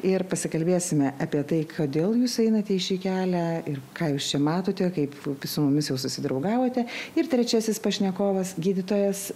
ir pasikalbėsime apie tai kodėl jūs einate į šį kelią ir ką jūs čia matote kaip su mumis jau susidraugavote ir trečiasis pašnekovas gydytojas